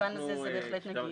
ובמובן הזה זה בהחלט נגיש.